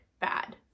bad